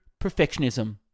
Perfectionism